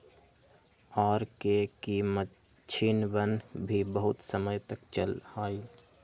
R K की मक्षिणवन भी बहुत समय तक चल जाहई